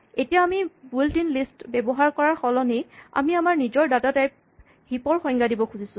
এতিয়া আমি built in list ব্যৱহাৰ কৰাৰ সলনি আমি আমাৰ নিজৰ ডাটা টাইপ হিপ ৰ সংজ্ঞা দিব খুজিছোঁ